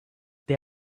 they